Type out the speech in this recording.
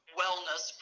wellness